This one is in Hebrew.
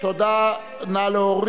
תודה רבה.